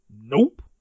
Nope